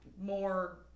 more